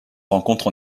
rencontre